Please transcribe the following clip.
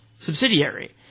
subsidiary